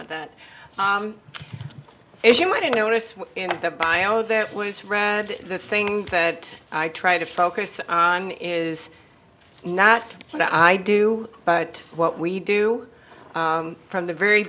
with that if you might have noticed in the bio that was read the thing that i try to focus on is not what i do but what we do from the very